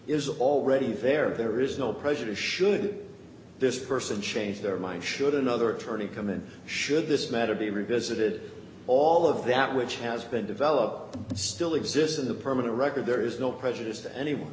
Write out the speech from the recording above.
is already there there is no prejudice should this person change their mind should another attorney come in should this matter be revisited all of that which has been developed still exists in the permanent record there is no prejudice